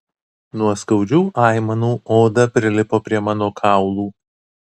nuo skaudžių aimanų oda prilipo prie mano kaulų